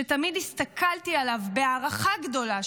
שתמיד הסתכלתי עליו בהערכה גדולה,